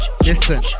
Listen